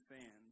fans